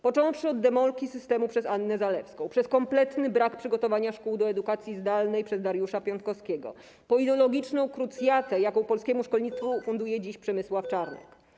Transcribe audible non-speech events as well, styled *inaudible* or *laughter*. Począwszy od demolki systemu przez Annę Zalewską, przez kompletny brak przygotowania szkół do edukacji zdalnej przez Dariusza Piontkowskiego, po ideologiczną krucjatę, *noise* jaką polskiemu szkolnictwu funduje dziś Przemysław Czarnek.